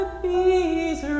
bees